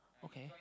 okay